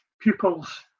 pupils